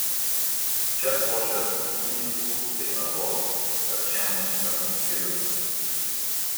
čia ošia rūdninkų dainavos kapčiamiesčio girios